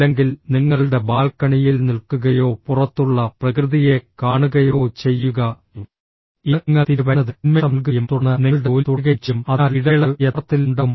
അല്ലെങ്കിൽ നിങ്ങളുടെ ബാൽക്കണിയിൽ നിൽക്കുകയോ പുറത്തുള്ള പ്രകൃതിയെ കാണുകയോ ചെയ്യുക ഇത് നിങ്ങൾ തിരികെ വരുന്നതിന് ഉന്മേഷം നൽകുകയും തുടർന്ന് നിങ്ങളുടെ ജോലി തുടരുകയും ചെയ്യും അതിനാൽ ഇടവേളകൾ യഥാർത്ഥത്തിൽ ഉണ്ടാകും